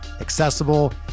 accessible